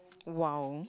!wow!